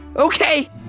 Okay